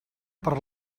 per